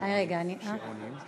אולי יש מכסה, גברתי.